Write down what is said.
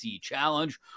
challenge